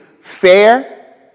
fair